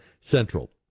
Central